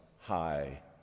high